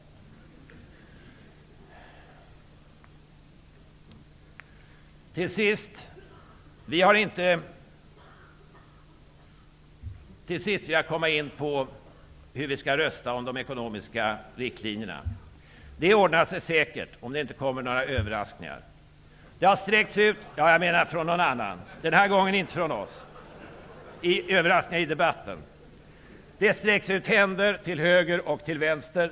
Till sist vill jag komma in på frågan hur vi skall rösta om de ekonomiska riktlinjerna. Det ordnar sig säkert, om det inte kommer några överraskningar i debatten -- ja, jag menar från något annat parti och inte från oss. Det sträcks ut händer till höger och till vänster.